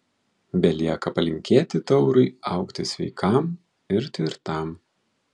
belieka palinkėti taurui augti sveikam ir tvirtam